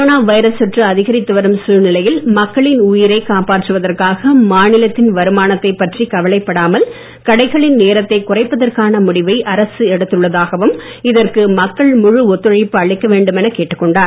corona virus தொற்று அதிகரித்து வரும் சூழ்நிலையில் மக்களின் உயிரை காப்பாற்றுவதற்காக மாநிலத்தின் வருமானத்தைப் பற்றி கவலைப்படாமல் கடைகளின் நேரத்தை குறைப்பதான முடிவை அரசு எடுத்துள்ளதாகவும் இதற்கு மக்கள் முழு ஒத்துழைப்பு அளிக்க வேண்டும் என கேட்டுக்கொண்டார்